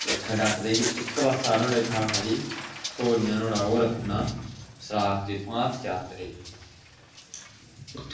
चबक्खै डक्क देइयै इक्क बारी छड़ा नुहाड़ै आस्तै थोह्ड़ा नेहा ओह्दा ओह् रक्खी ओड़ना सुराख जित्थुआं हत्थ जाई ओड़े अंदरै ई